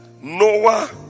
Noah